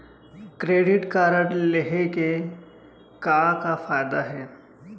Credit card लेहे के का का फायदा हे?